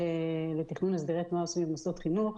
לתכנון הסדרי תנועה סביב מוסדות חינוך.